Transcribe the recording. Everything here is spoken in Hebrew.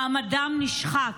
מעמדם נשחק.